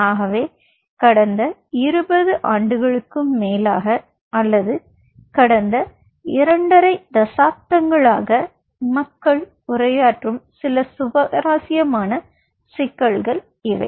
ஆகவே கடந்த இருபது ஆண்டுகளுக்கும் மேலாக அல்லது கடந்த இரண்டரை தசாப்தங்களாக மக்கள் உரையாற்றும் சில சுவாரஸ்யமான சிக்கல்கள் இவை